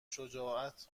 شجاعت